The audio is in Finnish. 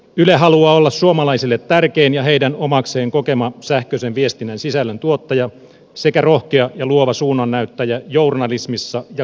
yle haluaa olla suomalaisille tärkein ja heidän omakseen kokema sähköisen viestinnän sisällöntuottaja sekä rohkea ja luova suunnannäyttäjä journalismissa ja kulttuurissa